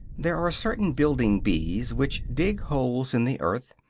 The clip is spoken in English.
there are certain building-bees which dig holes in the earth,